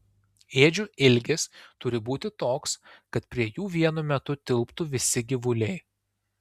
ėdžių ilgis turi būti toks kad prie jų vienu metu tilptų visi gyvuliai